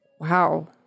Wow